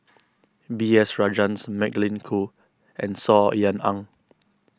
B S Rajhans Magdalene Khoo and Saw Ean Ang